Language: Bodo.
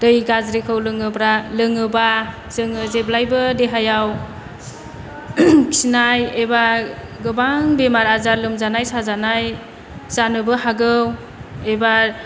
दै गाज्रिखौ लोङोब्रा लोङोबा जोङो जेब्लायबो देहायाव खिनाय एबा गोबां बेमार आजार लोमजानाय साजानाय जानोबो हागौ एबा